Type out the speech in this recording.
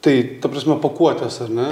tai ta prasme pakuotes ar ne